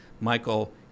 michael